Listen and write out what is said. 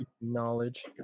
knowledge